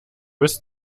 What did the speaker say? bis